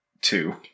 Two